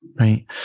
Right